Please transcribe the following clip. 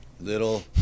Little